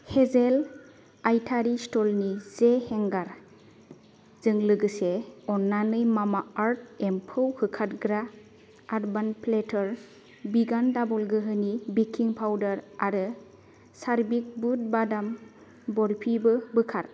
hazel आयटारि स्टिलनि जे हेंगार जों लोगोसे अननानै मामाआर्थ एम्फौ होखारग्रा आर्बान प्लेटार भिगान डाबल गोहोनि बेकिं पाउडार आरो चारभिक बुद बादाम बरफिबो बोखार